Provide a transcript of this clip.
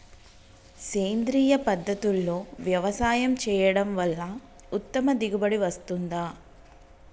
సేంద్రీయ పద్ధతుల్లో వ్యవసాయం చేయడం వల్ల ఉత్తమ దిగుబడి వస్తుందా?